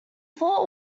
fort